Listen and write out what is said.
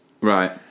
Right